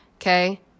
Okay